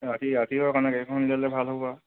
ৰাতি ৰাতিটো কাৰণে গাড়ীখন উলিয়ালে ভাল হ'ব আৰু